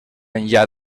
enllà